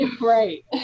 Right